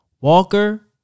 Walker